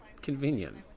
convenient